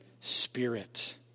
spirit